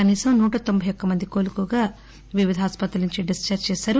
కనీసం నూట తొంబై యొక్క మంది కోలుకోగా వివిధ ఆసుపత్రుల నుంచి డిశ్చార్టి చేశారు